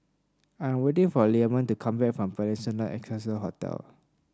I'm waiting for Leamon to come back from Peninsula Excelsior Hotel